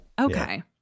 Okay